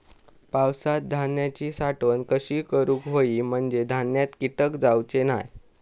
पावसात धान्यांची साठवण कशी करूक होई म्हंजे धान्यात कीटक जाउचे नाय?